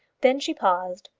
then she paused,